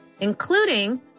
including